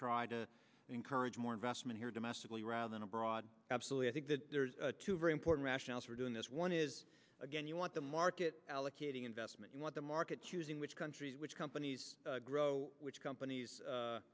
try to encourage more investment here domestically rather than abroad absolutely i think there's two very important rationales for doing this one is again you want the market allocating investment you want the markets choosing which countries which companies grow which companies